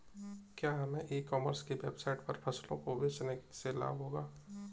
क्या हमें e commerce की वेबसाइट पर फसलों को बेचने से लाभ होगा?